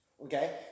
Okay